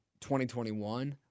2021